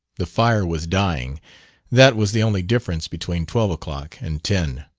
the fire was dying that was the only difference between twelve o'clock and ten.